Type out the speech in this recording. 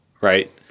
right